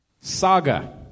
Saga